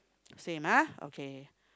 same ah okay